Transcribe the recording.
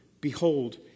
behold